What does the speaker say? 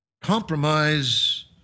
Compromise